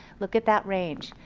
look at that range,